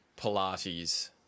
Pilates